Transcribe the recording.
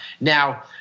Now